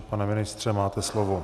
Pane ministře, máte slovo.